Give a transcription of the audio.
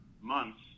months